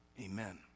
Amen